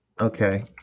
okay